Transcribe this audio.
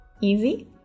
Easy